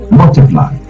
multiply